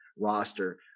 roster